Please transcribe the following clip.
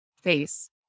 face